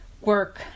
work